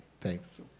Thanks